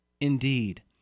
Indeed